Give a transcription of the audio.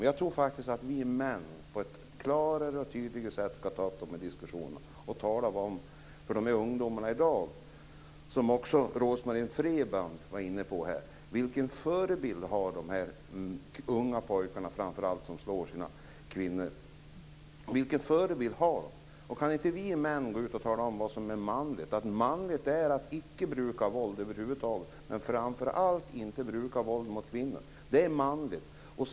Men jag tror faktiskt att vi män på ett klarare och tydligare sätt skall ta upp de här diskussionerna och tala med dem som är unga i dag. Det var ju också Rose-Marie Frebran inne på. Vilken förebild har de här pojkarna, framför allt de unga, som slår sina kvinnor? Vilken förebild har de? Kan inte vi män gå ut och tala om vad som är manligt? Manligt är att inte bruka våld över huvud taget - men framför allt inte mot kvinnor. Det är manligt.